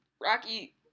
Rocky